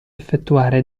effettuare